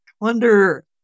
wonder